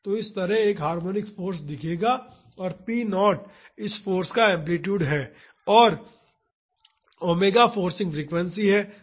तो इस तरह एक हार्मोनिक फाॅर्स दिखेगा और p नॉट इस फाॅर्स का एम्पलीटूड है और ओमेगा फोर्सिंग फ्रीक्वेंसी है